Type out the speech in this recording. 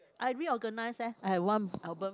I reorganize leh I have one album